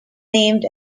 named